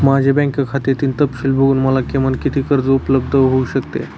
माझ्या बँक खात्यातील तपशील बघून मला किमान किती कर्ज उपलब्ध होऊ शकते?